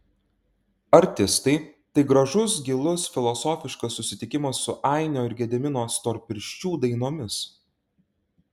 artistai tai gražus gilus filosofiškas susitikimas su ainio ir gedimino storpirščių dainomis